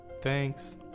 Thanks